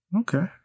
Okay